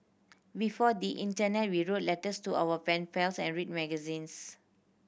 before the internet we wrote letters to our pen pals and read magazines